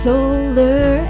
Solar